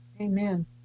Amen